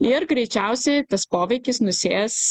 ir greičiausiai tas poveikis nusės